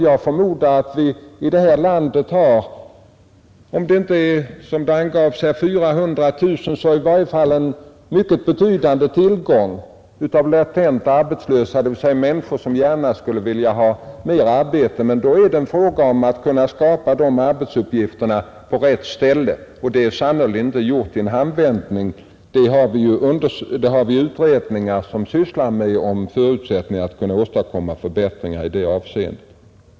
Jag förmodar att vi här i landet har — även om siffran inte är 400 000, som angavs här — ett mycket betydande antal latent arbetssökande, dvs. människor som gärna skulle vilja ha mer arbete. Men då är det en fråga om att kunna skapa de arbetstillfällena på rätt plats, och det är inte gjort i en handvändning. Vi har utredningar som sysslar med förutsättningarna att åstadkomma förbättringar i det avseendet.